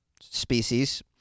species